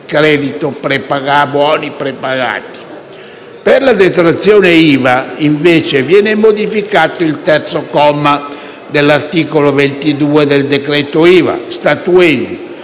di credito, buoni prepagati). Per la detrazione IVA, invece, viene modificato il terzo comma dell'articolo 22 del cosiddetto decreto IVA, statuendo